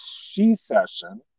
she-session